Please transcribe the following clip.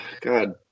god